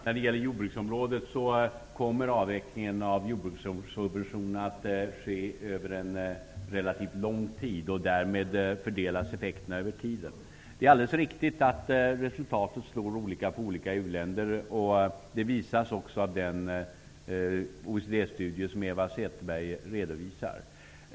Fru talman! Avvecklingen av jordbrukssubventionerna kommer att ske över en relativt lång tid. Därmed fördelas effekterna över tiden. Det är alldeles riktigt att resultatet slår olika på olika u-länder. Det visas också av den OECD-studie som Annika Åhnberg redovisar.